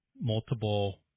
multiple